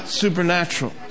supernatural